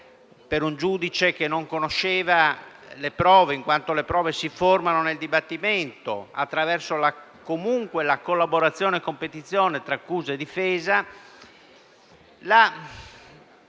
per un giudice che non conosceva le prove, in quanto si formano nel dibattimento, attraverso la collaborazione e la competizione tra accusa e difesa, la